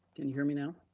can you hear me now?